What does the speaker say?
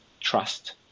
trust